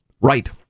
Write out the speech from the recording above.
Right